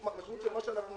מה שאנחנו